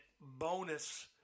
bonus